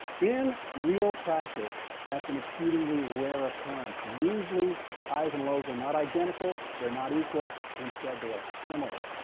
in real practice, that's an exceedingly rare occurrence. usually highs and lows are not identical. they're not equal. instead they are similar.